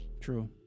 True